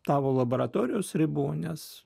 tavo laboratorijos ribų nes